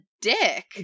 dick